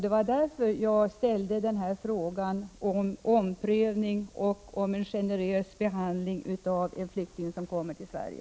Det var därför jag framställde denna fråga om omprövning och generös behandling av en flykting som kommer till Sverige.